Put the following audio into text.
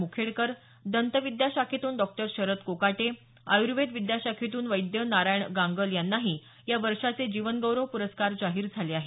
मुखेडकर दन्त विद्याशाखेतून डॉ शरद कोकाटे आयुर्वेद विद्याशाखेतून वैद्य नारायण गांगल यांनाही या वर्षाचे जीवन गौरव प्रस्कार जाहीर झाले आहेत